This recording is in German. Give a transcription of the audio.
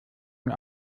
mir